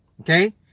okay